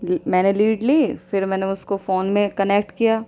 میں نے لیڈ لی پھر میں نے اس کو فون میں کنیکٹ کیا